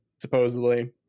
supposedly